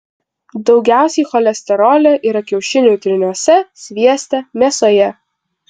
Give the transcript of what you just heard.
daugiausiai cholesterolio yra kiaušinių tryniuose svieste mėsoje